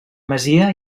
masia